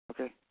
Okay